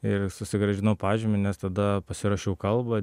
ir susigrąžinau pažymį nes tada pasiruošiau kalbą